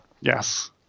Yes